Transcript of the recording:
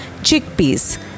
chickpeas